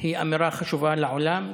הוא אמירה חשובה לעולם,